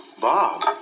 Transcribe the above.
Bob